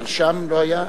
המרשם לא היה?